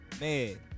man